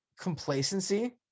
complacency